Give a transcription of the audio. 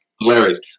Hilarious